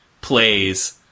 plays